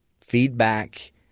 feedback